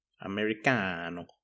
Americano